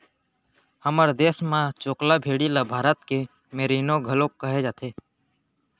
हमर देस म चोकला भेड़ी ल भारत के मेरीनो घलौक कहे जाथे